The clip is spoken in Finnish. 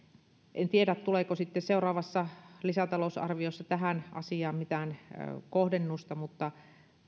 en tiedä tuleeko sitten seuraavassa lisätalousarviossa tähän asiaan mitään kohdennusta mutta